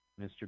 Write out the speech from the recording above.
Mr